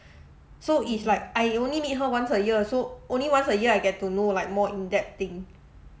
so it's like I only meet her once a year or so only once a year I get to know like more in depth thing